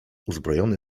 uzbrojony